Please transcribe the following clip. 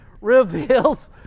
reveals